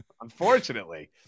unfortunately